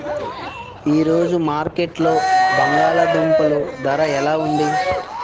ఈ రోజు మార్కెట్లో బంగాళ దుంపలు ధర ఎలా ఉంది?